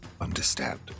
understand